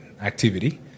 activity